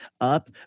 up